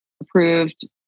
approved